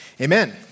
amen